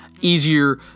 easier